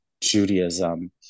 Judaism